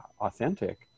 authentic